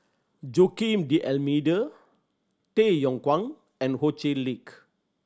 Joaquim D'Almeida Tay Yong Kwang and Ho Chee Lick